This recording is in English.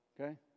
Okay